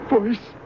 Voice